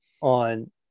on